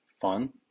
fun